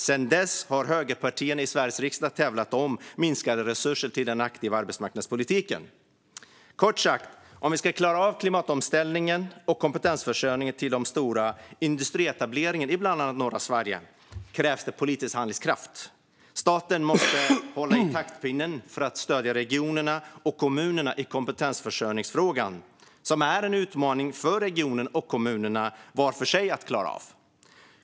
Sedan dess har högerpartierna i Sveriges riksdag tävlat i att minska resurserna till den aktiva arbetsmarknadspolitiken. Kort sagt: Om vi ska klara av klimatomställningen och kompetensförsörjningen till de stora industrietableringarna i bland annat norra Sverige krävs det politisk handlingskraft. Staten måste hålla i taktpinnen för att stödja regionerna och kommunerna i kompetensförsörjningsfrågan, som är en utmaning för regionerna och kommunerna var för sig att klara av.